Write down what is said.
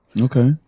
okay